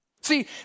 See